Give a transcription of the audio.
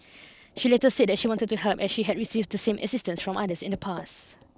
she later said that she wanted to help as she had received the same assistance from others in the past